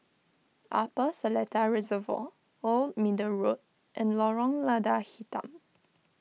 Upper Seletar Reservoir Old Middle Road and Lorong Lada Hitam